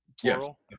plural